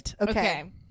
Okay